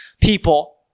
people